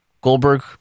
Goldberg